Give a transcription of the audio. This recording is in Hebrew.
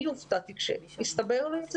אני הופעתי כשהסתבר לי,